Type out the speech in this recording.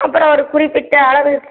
அப்புறம் ஒரு குறிப்பிட்ட அளவு